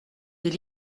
des